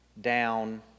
down